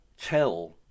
tell